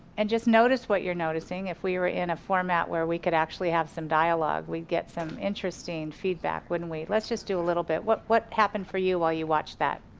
and just notice what you're noticing if we were in a format where we could actually have some dialog, we'd get some interesting feedback, wouldn't we. let's just do a little bit. what what happened for you while you watched that?